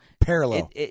Parallel